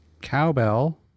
cowbell